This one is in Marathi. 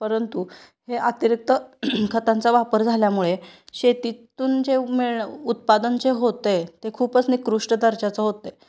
परंतु हे अतिरिक्त खतांचा वापर झाल्यामुळे शेतीतून जे मेळ उत्पादन जे होतं आहे ते खूपच निकृष्ट दर्जाचं होतं आहे